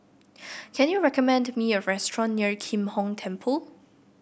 can you recommend me a restaurant near Kim Hong Temple